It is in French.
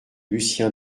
lucien